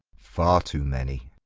far too many.